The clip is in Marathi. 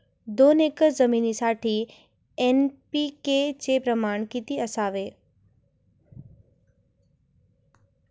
दोन एकर जमिनीसाठी एन.पी.के चे प्रमाण किती असावे?